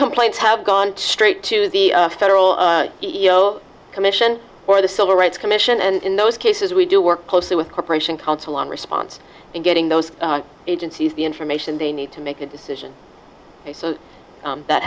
complaints have gone straight to the federal commission or the civil rights commission and in those cases we do work closely with corporation counsel on response and getting those agencies the information they need to make a decision so that